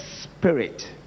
spirit